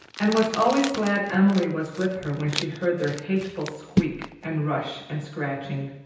and was always glad emily was with her when she heard their hateful squeak and rush and scratching.